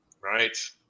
Right